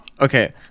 Okay